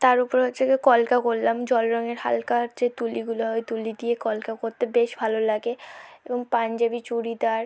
তার উপরে হচ্ছে গিয়ে কলকা করলাম জল রংয়ের হালকার যে তুলিগুলো হয় তুলি দিয়ে কলকা করতে বেশ ভালো লাগে এবং পাঞ্জাবি চুড়িদার